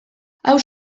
hau